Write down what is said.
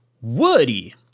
Woody